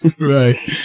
Right